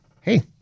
Hey